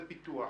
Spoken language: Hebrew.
זה פיתוח.